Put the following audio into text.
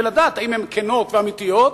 ולדעת אם הן כנות ואמיתיות